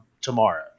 tomorrow